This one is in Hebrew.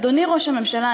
אדוני ראש הממשלה,